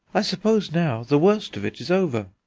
i suppose now the worst of it is over.